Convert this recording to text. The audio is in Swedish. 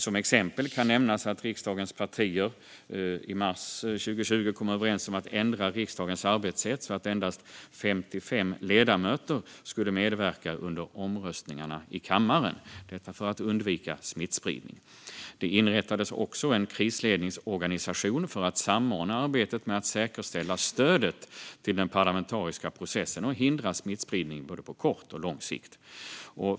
Som exempel kan nämnas att riksdagens partier i mars 2020 kom överens om att ändra riksdagens arbetssätt så att endast 55 ledamöter skulle medverka under omröstningarna i kammaren, detta för att undvika smittspridning. Det inrättades också en krisledningsorganisation för att samordna arbetet med att säkerställa stödet till den parlamentariska processen och hindra smittspridning på både kort och lång sikt.